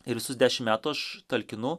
ir visus dešim metų aš talkinu